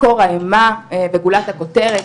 מקור האימה וגולת הכותרת,